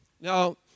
Now